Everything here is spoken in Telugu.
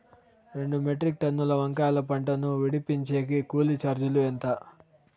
రెండు మెట్రిక్ టన్నుల వంకాయల పంట ను విడిపించేకి కూలీ చార్జీలు ఎంత?